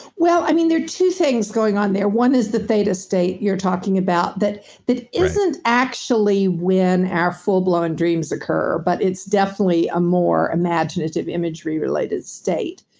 well, i mean there are two things going on there. one is the theta state you're talking about, that that isn't actually when our full-blown dreams occur, but it's definitely a more imaginative imagery related state.